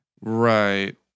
Right